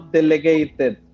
delegated